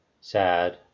sad